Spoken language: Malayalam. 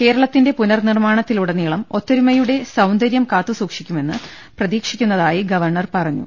കേരളത്തിന്റെ പുനർനിർമാണത്തിലുടനീളം ഒത്തൊരുമയുടെ സൌന്ദരൃം കാത്തു സൂക്ഷിക്കുമെന്ന് പ്രതീക്ഷിക്കുന്നതായി ഗവർണർ പറഞ്ഞു